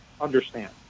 understand